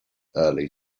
early